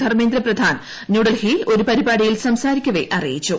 ധർമ്മേന്ദ്രപ്രധാൻ ന്യൂഡൽഹിയിൽ ഒരു പരിപാടിയിൽ സംസാരിക്കവേ അറിയിച്ചു